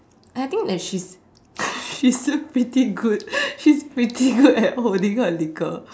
I think when she she's still pretty good she's pretty good at holding her liquor